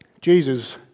Jesus